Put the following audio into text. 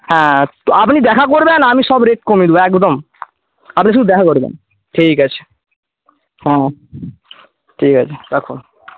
হ্যাঁ আপনি দেখা করবেন আমি সব রেট কমিয়ে দেবো একদম আপনি শুধু দেখা করবেন ঠিক আছে হ্যাঁ ঠিক আছে রাখুন